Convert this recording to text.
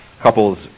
Couples